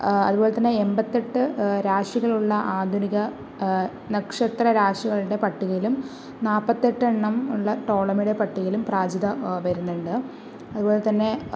അതുപോലെ തന്നെ എൺപത്തിയെട്ട് രാശികളുള്ള ആധുനിക നക്ഷത്ര രാശികളുടെ പട്ടികയിലും നാൽപ്പത്തിയെട്ടെണ്ണമുള്ള ടോളമിയുടെ പട്ടികയിലും പ്രാജിത വരുന്നുണ്ട് അതുപോലെ തന്നെ